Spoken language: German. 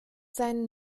seinen